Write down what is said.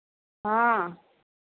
हाँ